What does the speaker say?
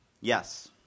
Yes